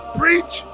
preach